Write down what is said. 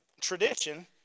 tradition